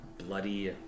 bloody